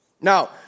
Now